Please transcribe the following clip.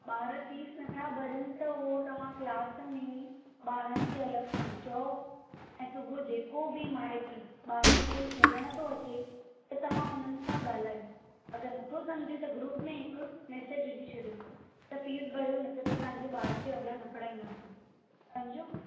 ॿार फ़ीस नथा भरनि था हूअ तव्हां क्लास में ॿारनि खे अलॻि सां चओ ऐं सुबुह जेको बि माइट ॿारनि खे छ्ॾणु थो अचे त तव्हां हुननि सां गाल्हायो अगरि नथो समुझे त ग्रुप में हिकु मेसिज विझी छॾियो फ़ीस भरियो न त तव्हांजे ॿार खे अॻिया न पढ़ाईंदासीं समुझो